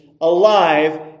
alive